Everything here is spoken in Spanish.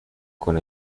con